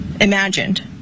imagined